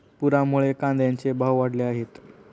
पुरामुळे कांद्याचे भाव वाढले आहेत